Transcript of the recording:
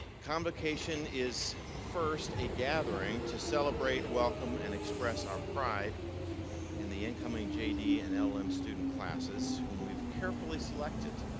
convocation is first, a gathering to celebrate, welcome and express our pride in the incoming jd and ah llm student classes, whom we've carefully selected